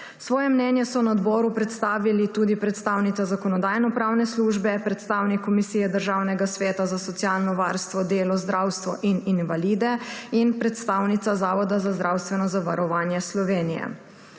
Svoje mnenje so na odboru predstavili tudi predstavnica Zakonodajno-pravne službe, predstavnik Komisije Državnega sveta za socialno varstvo, delo, zdravstvo in invalide ter predstavnica Zavoda za zdravstveno zavarovanje Slovenije.